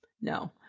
no